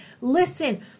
Listen